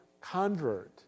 convert